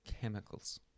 chemicals